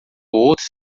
outros